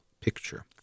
picture